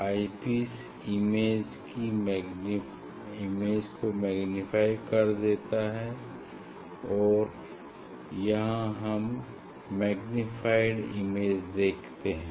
आई piece image को magnify कर देता है और यहाँ हम मैग्नीफाइड इमेज देखते हैं